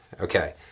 Okay